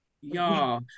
Y'all